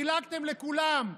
חילקתם לכולם,